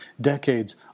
decades